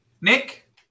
Nick